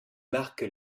marque